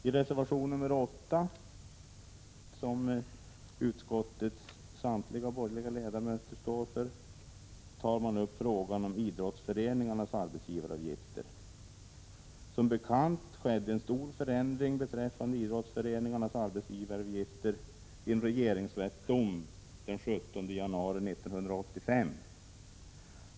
I reservation 8, avgiven av utskottets borgerliga ledamöter, tas upp frågan om idrottsföreningarnas arbetsgivaravgifter. Som bekant skedde en stor förändring beträffande idrottsföreningarnas arbetsgivaravgifter genom en regeringsrättsdom den 17 januari 1985.